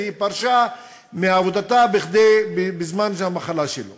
והיא פרשה מעבודתה בזמן המחלה שלו